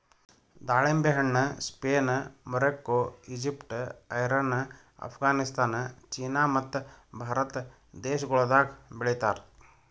ದಾಳಿಂಬೆ ಹಣ್ಣ Spain, Morocco, Egypt, Iran, Afghanistan, China ಮತ್ತ ಭಾರತ ದೇಶಗೊಳ್ದಾಗ್ ಬೆಳಿತಾರ್